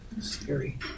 scary